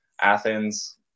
Athens